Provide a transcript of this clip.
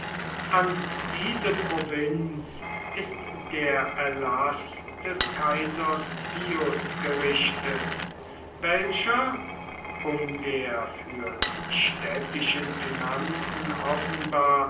an diese provinz ist der erlaß des kaisers pius gerichtet welcher um der für die städtischen finanzen offenbar